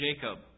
Jacob